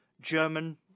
German